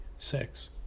six